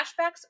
Flashbacks